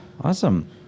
Awesome